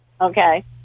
Okay